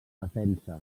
defensa